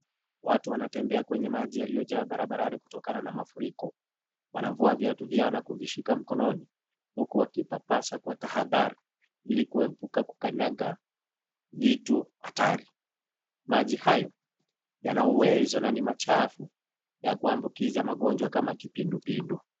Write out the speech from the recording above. Watu wanatembea kwenye maji yaliyojaa barabarani kutokana na mafuriko. Wanavua viatu vyao na kuvishika mkononi, huku wakipapasa kwa tahadhari, ili kuhepuka kukanyaga vitu hatari. Maji hayo, yana uwezo na ni machafu ya kuambukiza magonjwa kama kipindupindu.